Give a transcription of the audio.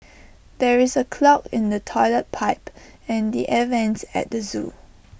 there is A clog in the Toilet Pipe and the air Vents at the Zoo